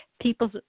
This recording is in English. people